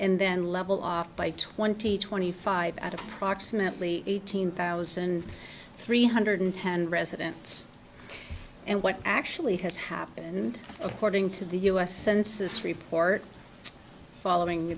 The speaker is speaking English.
and then level off by twenty twenty five at approximately eighteen thousand three hundred ten residents and what actually has happened according to the us census report following